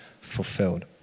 fulfilled